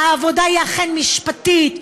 ושהעבודה היא אכן משפטית,